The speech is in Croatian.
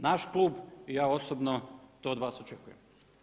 Naš klub i ja osobno to od vas očekujemo.